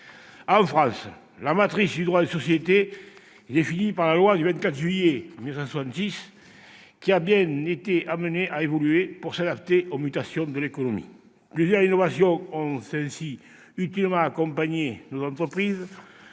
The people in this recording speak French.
En France, la matrice du droit des sociétés est définie par la loi du 24 juillet 1966, qui a bien été amenée à évoluer pour s'adapter aux mutations de l'économie. Plusieurs innovations ont ainsi utilement accompagné nos entreprises